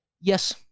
Yes